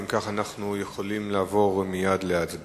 אם כך, אנחנו יכולים לעבור מייד להצבעה.